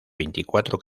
veinticuatro